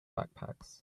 backpacks